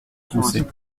housset